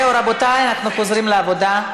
זהו, רבותיי, אנחנו חוזרים לעבודה.